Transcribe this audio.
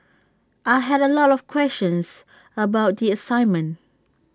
I had A lot of questions about the assignment